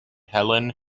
helen